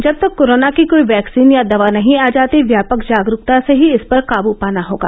जब तक कोरोना की कोई वैक्सीन या दवा नहीं आ जाती व्यापक जागरूकता से ही इसपर काबू पाना होगा